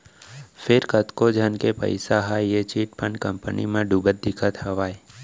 फेर कतको झन के पइसा ह ए चिटफंड कंपनी म डुबत दिखत हावय